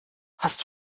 hast